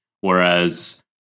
Whereas